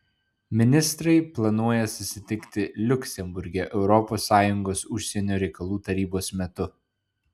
ministrai planuoja susitikti liuksemburge europos sąjungos užsienio reikalų tarybos metu